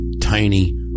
tiny